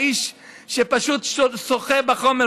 האיש שפשוט שוחה בחומר,